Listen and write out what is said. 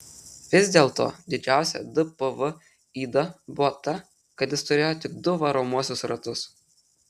vis dėl to didžiausia dpv yda buvo ta kad jis turėjo tik du varomuosius ratus